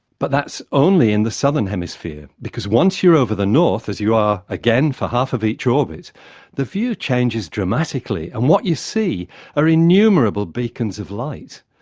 but that's only in the southern hemisphere. because once you're over the north as you are, again, for half of each orbit the view changes dramatically, and what you see are innumerable beacons of light.